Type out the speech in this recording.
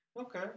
Okay